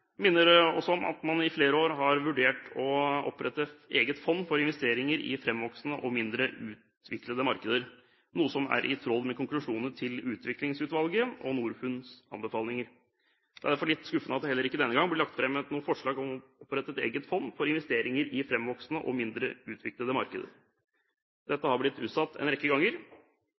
minner også om at man i flere år har vurdert å opprette et eget fond for investeringer i fremvoksende og mindre utviklede markeder, noe som er i tråd med konklusjonene i Utviklingsutvalget og Nordfunds anbefalinger. Det er derfor litt skuffende at det heller ikke denne gang blir lagt fram noe forslag om å opprette et eget fond for investeringer i fremvoksende og mindre utviklede markeder. Dette har blitt utsatt en rekke ganger.